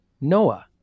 Noah